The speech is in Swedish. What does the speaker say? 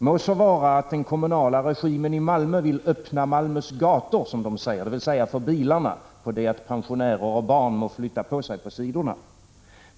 Må så vara att den kommunala regimen i Malmö vill öppna Malmös gator, 37 som de säger — dvs. för bilarna, medan pensionärer och barn får flytta sig åt sidorna.